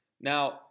Now